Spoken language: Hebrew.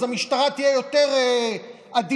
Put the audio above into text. אז המשטרה תהיה יותר עדינה.